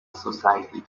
society